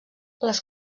les